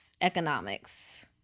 economics